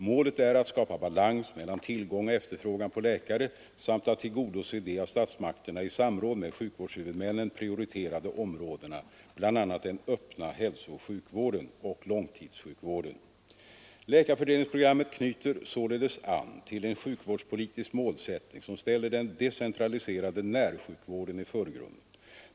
Målet är att skapa balans mellan tillgång och efterfrågan på läkare samt att tillgodose de av statsmakterna i samråd med sjukvårdshuvudmännen prioriterade områdena, bl.a. den öppna hälsooch sjukvården och långtidssjukvården. Läkarfördelningsprogrammet knyter således an till en sjukvårdspolitisk målsättning som ställer den decentraliserade närsjukvården i förgrunden.